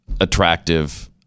attractive